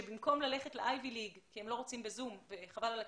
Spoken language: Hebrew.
שבמקום ללכת לאייווילינג כי הם לא רוצים ב-זום וחבל על הכסף,